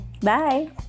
Bye